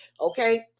Okay